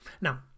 now